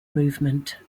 movement